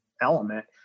element